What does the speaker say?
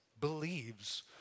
believes